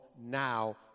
now